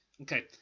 Okay